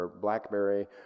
blackberry